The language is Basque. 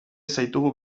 zaitugu